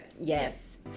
Yes